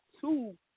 two